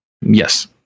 Yes